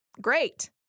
great